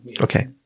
Okay